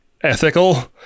ethical